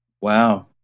Wow